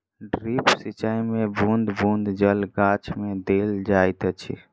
drip सिचाई मे बूँद बूँद जल गाछ मे देल जाइत अछि